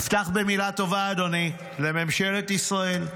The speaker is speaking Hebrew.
אדוני, אפתח במילה טובה לממשלת ישראל,